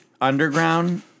underground